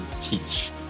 teach